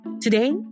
Today